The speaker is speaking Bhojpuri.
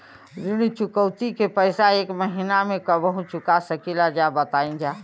ऋण चुकौती के पैसा एक महिना मे कबहू चुका सकीला जा बताईन जा?